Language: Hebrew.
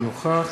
אינו נוכח